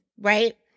right